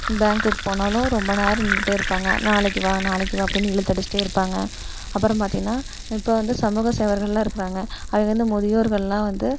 பேங்க்குக்கு போனாலும் ரொம்ப நேரம் நின்னுகிட்டே இருப்பாங்கள் நாளைக்கு வா நாளைக்கு வா அப்படின்னு இழுத்தடிச்சிகிட்டே இருப்பாங்கள் அப்புறம் பார்த்திங்கன்னா இப்போ வந்து சமூகசேவர்கள்லாம் இருக்கிறாங்க அவங்க வந்து முதியோர்கள்லாம் வந்து